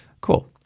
Cool